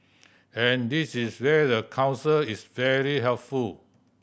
and this is where the Council is very helpful